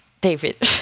David